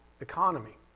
economy